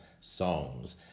songs